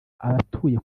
abatuye